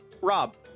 Rob